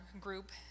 group